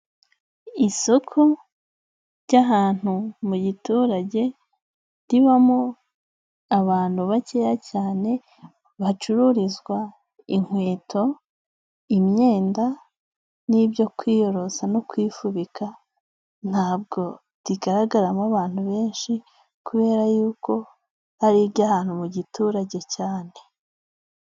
Isoko ry'ahantu mu giturage ribamo abantu bakeya cyane, hacururizwa inkweto, imyenda n'ibyo kwiyorosa no kwifubika, ntabwo rigaragaramo abantu benshi kubera yuko ari i ry'ahantu mu giturage cyane.